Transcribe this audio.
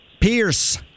Pierce